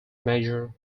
major